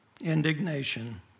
indignation